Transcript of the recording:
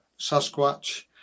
Sasquatch